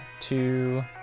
two